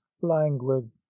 languid